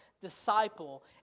disciple